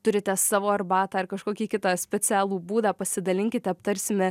turite savo arbatą ar kažkokį kitą specialų būdą pasidalinkite aptarsime